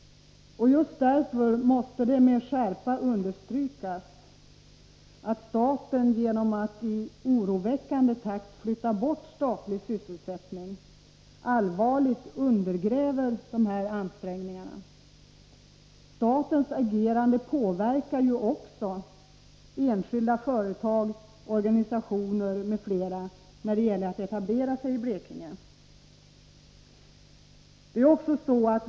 Just därför måste det med skärpa understrykas att staten genom att i oroväckande takt flytta bort statlig sysselsättning allvarligt undergräver dessa ansträngningar. Statens agerande påverkar ju också enskilda företag, organisationer m.fl. när det gäller att etablera sig i Blekinge.